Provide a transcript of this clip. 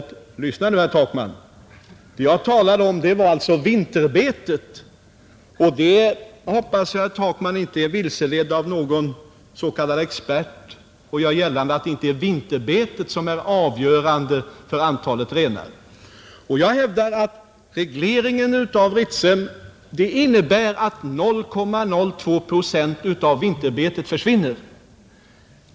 Jag hoppas att herr Takman inte är vilseledd av någon s.k. expert och gör gällande att det inte är vinterbetet som är avgörande för det antal renar man kan ha i en by. Jag hävdade att regleringen av Ritsem innebär att 0,02 procent av vinterbetet försvinner.